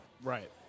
Right